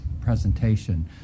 presentation